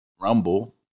rumble